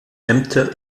ämter